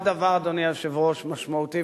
שר החוץ החליט.